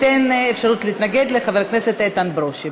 אתן אפשרות להתנגד לחבר הכנסת איתן ברושי.